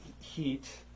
heat